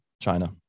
China